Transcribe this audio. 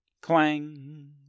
clang